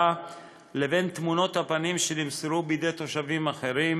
לבין תמונות הפנים שמסרו תושבים אחרים